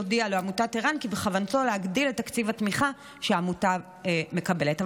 הודיע לעמותת ער"ן כי בכוונתו להגדיל את תקציב התמיכה שהעמותה מקבלת.